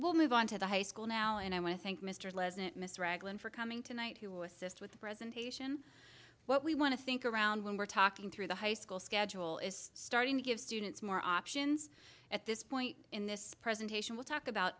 will move on to the high school now and i want to thank mr miss reglan for coming tonight who assist with the presentation what we want to think around when we're talking through the high school schedule is starting to give students more options at this point in this presentation will talk about